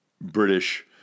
British